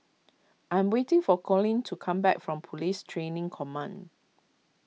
I am waiting for Colleen to come back from Police Training Command